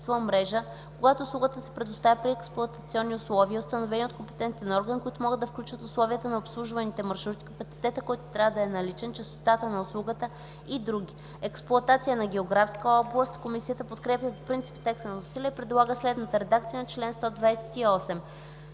когато услугата се предоставя при експлоатационни условия, установени от компетентен орган, които могат да включват условията на обслужваните маршрути, капацитета, който трябва да е наличен, честотата на услугата и други.” Комисията подкрепя по принцип текста на вносителя и предлага следната редакция на чл. 128: